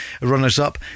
runners-up